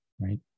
right